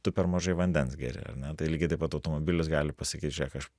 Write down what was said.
tu per mažai vandens geri ar ne tai lygiai taip pat automobilis gali pasakyt žiūrėk aš